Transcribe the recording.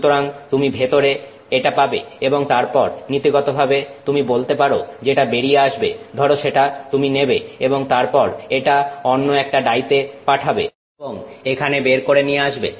সুতরাং তুমি ভেতরে এটা পাবে এবং তারপর নীতিগতভাবে তুমি বলতে পারো যেটা বেরিয়ে আসবে ধরো সেটা তুমি নেবে এবং তারপর এটা অন্য একটা ডাইতে পাঠাবে এবং এখানে বের করে নিয়ে আসবে